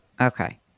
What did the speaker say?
Okay